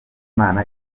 imana